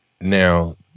Now